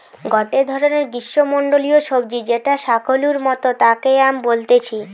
গটে ধরণের গ্রীষ্মমন্ডলীয় সবজি যেটা শাকালুর মতো তাকে য়াম বলতিছে